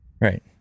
Right